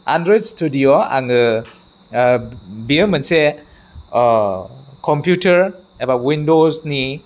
Android स्टुडिय'आव आङो बियो मोनसे कम्पिउटार एबा उइन्ड'सनि